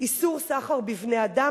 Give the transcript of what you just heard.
איסור סחר בבני-אדם,